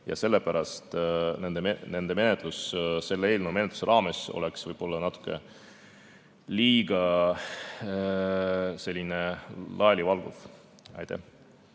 ja sellepärast nende menetlus selle eelnõu menetluse raames oleks võib-olla natuke liiga laialivalguv. Aitäh!